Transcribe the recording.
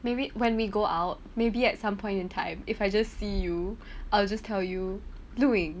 maybe when we go out maybe at some point in time if I just see you I will just tell you lu ying